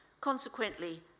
Consequently